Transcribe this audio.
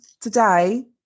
Today